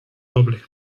doble